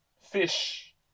fish